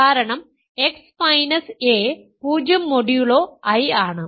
കാരണം x a 0 modulo I ആണ്